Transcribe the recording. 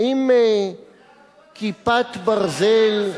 האם "כיפת ברזל"